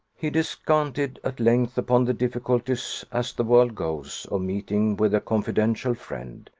he descanted at length upon the difficulties as the world goes, of meeting with a confidential friend,